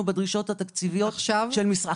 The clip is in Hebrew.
בדרישות התקציביות של משרד הרווחה.